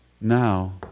now